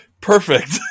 perfect